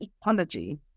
ecology